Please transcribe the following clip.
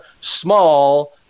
Small